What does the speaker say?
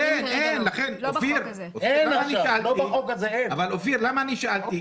אופיר, למה שאלתי?